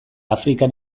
afrikan